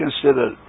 consider